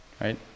right